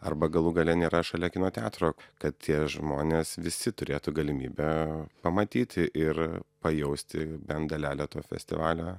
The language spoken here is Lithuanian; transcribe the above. arba galų gale nėra šalia kino teatro kad tie žmonės visi turėtų galimybę pamatyti ir pajausti bent dalelę to festivalio